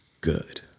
good